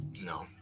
No